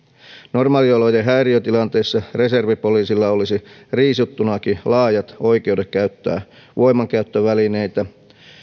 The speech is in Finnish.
normaaliolojen häiriötilanteissa reservipoliisilla olisi riisuttunakin laajat oikeudet käyttää voimankäyttövälineitä